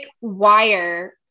wire